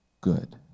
good